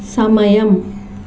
సమయం